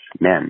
men